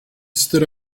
stood